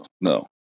no